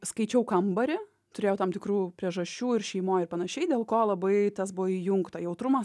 skaičiau kambarį turėjau tam tikrų priežasčių ir šeimoj ir panašiai dėl ko labai tas buvo įjungta jautrumas